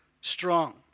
strong